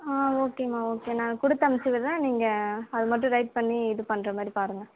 ஆ ஓகேம்மா ஓகே நான் கொடுத்து அனுப்பிச்சி விடுறேன் நீங்கள் அதை மட்டும் ரைட் பண்ணி இது பண்ணுற மாதிரி பாருங்க